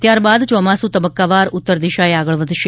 ત્યારબાદ ચોમાસુ તબક્કાવાર ઉત્તર દિશાએ આગળ વધશે